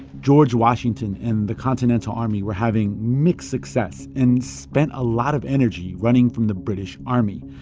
george washington and the continental army were having mixed success and spent a lot of energy running from the british army,